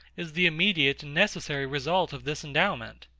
is the immediate and necessary result of this endowment.